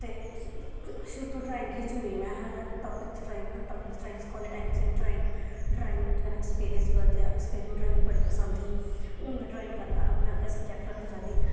ते शुरू तों ड्राइंग गी चुनी में हर हर टापिक च ड्राइंग हर टापिक च ड्राइंग कालेज टाइम च बी ड्राइंग ड्राइंग कन्नै एक्सपीरियंस बधदा ऐ एक्स मीं ड्राइंग बड़ी पसंद ही हून में ड्राइंग करना अपना अग्गें सबजैक्ट रक्खना चाह्न्नीं